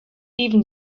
even